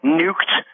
nuked